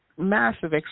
Massive